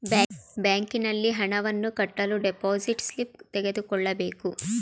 ಬ್ಯಾಂಕಿನಲ್ಲಿ ಹಣವನ್ನು ಕಟ್ಟಲು ಡೆಪೋಸಿಟ್ ಸ್ಲಿಪ್ ತೆಗೆದುಕೊಳ್ಳಬೇಕು